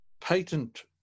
patent